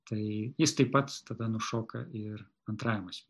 tai jis tai pat tada nušoka ir antrajam asm